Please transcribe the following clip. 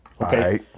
Okay